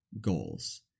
goals